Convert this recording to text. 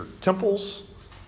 temples